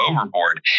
overboard